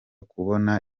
kuboha